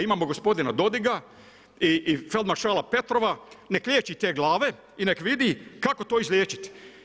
Imamo gospodina Dodiga i feldmaršala Petrova nek' liječi te glave i nek' vidi kako to izliječiti.